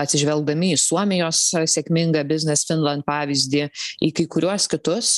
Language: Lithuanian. atsižvelgdami į suomijos sėkmingą biznis finland pavyzdį į kai kuriuos kitus